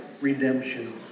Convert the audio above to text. redemption